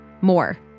More